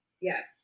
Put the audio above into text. Yes